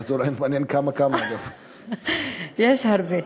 אז מעניין כמה כמה, יש הרבה.